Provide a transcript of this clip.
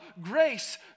grace